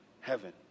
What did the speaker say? heaven